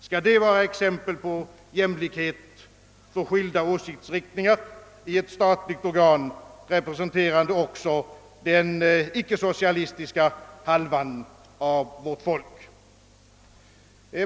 Skall det vara exempel på jämlikhet för skilda åsiktsriktningar i ett statligt organ, representerande också den icke socialistiska halvan av vårt folk?